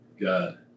God